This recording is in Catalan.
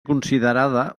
considerada